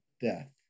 Death